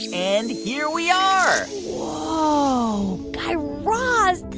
and here we are whoa, guy raz,